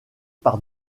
par